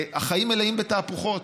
החיים מלאים תהפוכות,